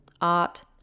art